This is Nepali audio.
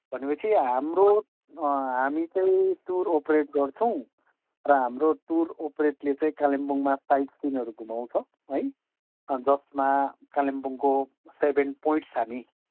भने पछि हाम्रो हामी चाहिँ टुर ओपरेट गर्छौँ र हाम्रो टुर ओपरेटले चाहिँ कालिम्पोङमा साइड सिनहरू घुमाउँछ है जसमा कालिम्पोङको सेभेन पोइन्ट्स हामी